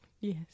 Yes